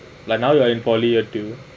like now you're in poly or two